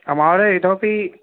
महोदय इतोपि